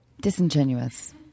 disingenuous